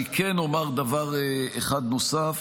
כן אומר דבר אחד נוסף: